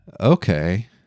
Okay